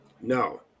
No